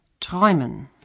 träumen